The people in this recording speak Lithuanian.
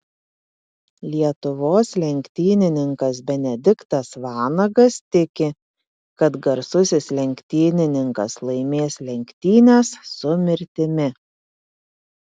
lietuvos lenktynininkas benediktas vanagas tiki kad garsusis lenktynininkas laimės lenktynes su mirtimi